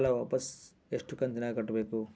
ಸಾಲ ವಾಪಸ್ ಎಷ್ಟು ಕಂತಿನ್ಯಾಗ ಕಟ್ಟಬೇಕು?